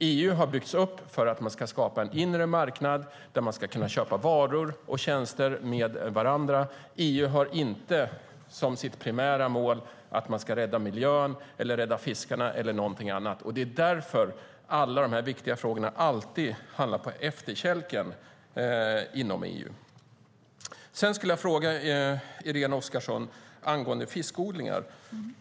EU har byggts upp för att man ska skapa en inre marknad där man ska kunna köpa varor och tjänster av varandra. EU har inte som sitt primära mål att man ska rädda miljön, rädda fiskarna eller någonting annat. Det är därför alla de här viktiga frågorna alltid hamnar på efterkälken inom EU. Sedan skulle jag vilja fråga Irene Oskarsson angående fiskodlingar.